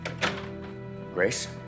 Grace